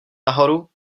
nahoru